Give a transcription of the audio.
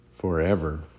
Forever